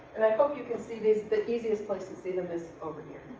and i hope you can see these, the easiest place to see them is over here.